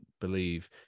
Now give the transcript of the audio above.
believe